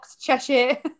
cheshire